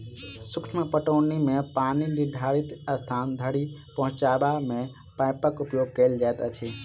सूक्ष्म पटौनी मे पानि निर्धारित स्थान धरि पहुँचयबा मे पाइपक उपयोग कयल जाइत अछि